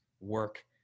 work